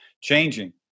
changing